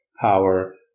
power